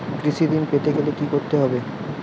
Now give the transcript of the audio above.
কৃষি ঋণ পেতে গেলে কি করতে হবে?